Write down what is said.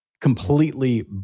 completely